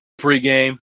pregame